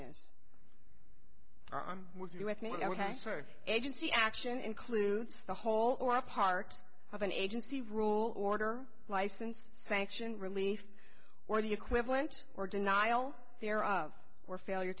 sir agency action includes the whole or part of an agency rule order license sanction relief or the equivalent or denial there of or failure